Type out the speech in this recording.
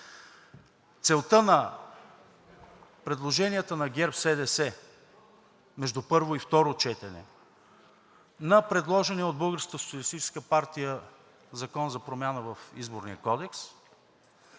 Целта на предложенията на ГЕРБ-СДС между първо и второ четене на предложения от